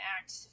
Act